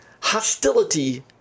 Hostility